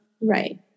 Right